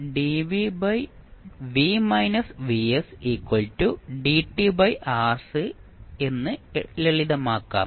ഇത് എന്ന് ലളിതമാക്കാം